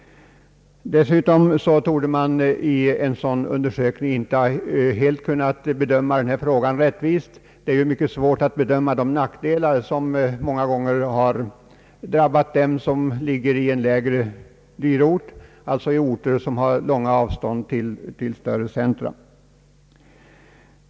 Dessutom torde man vid en sådan undersökning inte helt ha kunnat bedöma denna fråga rättvist. Det är ju mycket svårt att kunna bedöma de nackdelar som många gånger drabbar dem som bor i en lägre dyrortsgrupp, alltså i orter där det är långa avstånd till större centra och samhälleliga serviceanordningar.